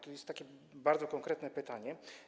To jest takie bardzo konkretne pytanie.